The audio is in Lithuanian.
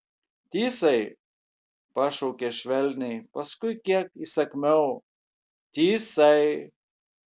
tysai pašaukė švelniai paskui kiek įsakmiau tysai